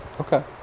Okay